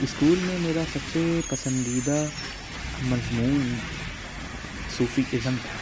school میں میرا سب سے پسندیدہ مضمون صوفیزم تھا